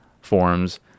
forums